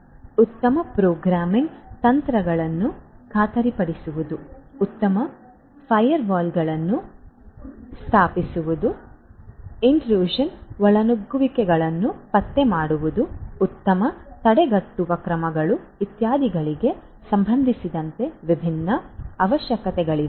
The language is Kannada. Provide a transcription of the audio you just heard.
ಉತ್ತಮ ಪ್ರೋಗ್ರಾಮಿಂಗ್ ತಂತ್ರಗಳನ್ನು ಖಾತರಿಪಡಿಸುವುದು ಉತ್ತಮ ಫೈರ್ವಾಲ್ಗಳನ್ನು ಸ್ಥಾಪಿಸುವುದು ಒಳನುಗ್ಗುವಿಕೆಗಳನ್ನು ಪತ್ತೆ ಮಾಡುವುದು ಉತ್ತಮ ತಡೆಗಟ್ಟುವ ಕ್ರಮಗಳು ಇತ್ಯಾದಿಗಳಿಗೆ ಸಂಬಂಧಿಸಿದಂತೆ ವಿಭಿನ್ನ ಅವಶ್ಯಕತೆಗಳಿವೆ